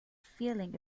feeling